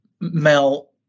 Mel